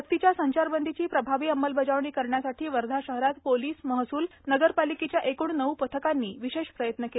सक्तीच्या संचारबंदीची प्रभावी अंमलबजावणी करण्यासाठी वर्धा शहरात पोलीस महसूल नगरपालिकेच्या एकूण नऊ पथकांनी विशेष प्रयत्न केले